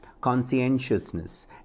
conscientiousness